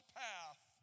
path